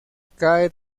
cae